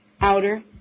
outer